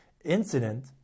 Incident